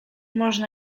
można